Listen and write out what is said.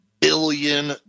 billion